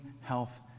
health